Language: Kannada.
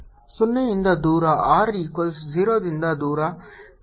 H0H0 0 ಯಿಂದ ದೂರ r ಈಕ್ವಲ್ಸ್ 0 ದಿಂದ ದೂರ